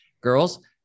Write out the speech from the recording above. Girls